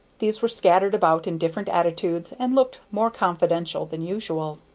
these were scattered about in different attitudes, and looked more confidential than usual.